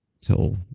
till